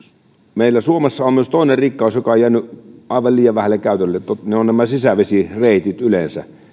meillä suomessa on myös toinen rikkaus joka on jäänyt aivan liian vähälle käytölle nämä sisävesireitit yleensä